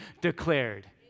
declared